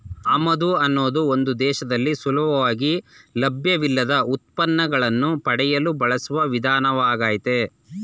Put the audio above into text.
ಆಮದು ಅನ್ನೋದು ಒಂದು ದೇಶದಲ್ಲಿ ಸುಲಭವಾಗಿ ಲಭ್ಯವಿಲ್ಲದ ಉತ್ಪನ್ನಗಳನ್ನು ಪಡೆಯಲು ಬಳಸುವ ವಿಧಾನವಾಗಯ್ತೆ